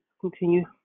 continue